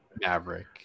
Maverick